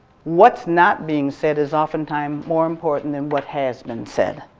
what's not being said is oftentimes more important than what has been said.